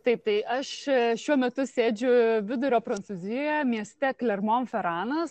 taip tai aš šiuo metu sėdžiu vidurio prancūzijoje mieste klermomferanas